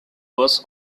was